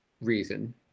reason